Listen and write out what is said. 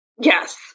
Yes